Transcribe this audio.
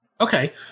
Okay